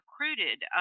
recruited